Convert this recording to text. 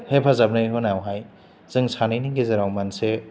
हेफाजाबनि उनावहाय जों सानैनि गेजेराव मोनसे